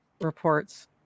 reports